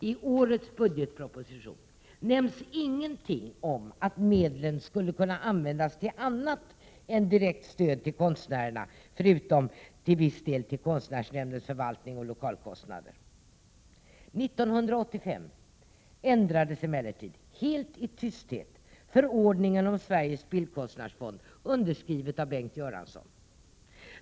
I årets budgetproposition nämns ingenting om att medlen skulle kunna användas till annat än direkt stöd till konstnärerna, förutom att medlen skall kunna användas för viss del av konstnärsnämndens förvaltningsoch lokalkostnader. År 1985 ändrades emellertid — helt i tysthet — förordningen om Sveriges bildkonstnärsfond, underskriven av Bengt Göransson.